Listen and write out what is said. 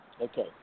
Okay